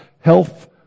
health